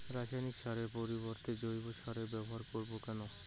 রাসায়নিক সারের পরিবর্তে জৈব সারের ব্যবহার করব কেন?